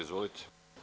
Izvolite.